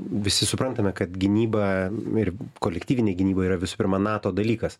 visi suprantame kad gynyba ir kolektyvinė gynyba yra visų pirma nato dalykas